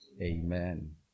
Amen